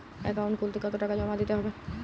Account খুলতে কতো টাকা জমা দিতে হবে?